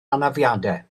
anafiadau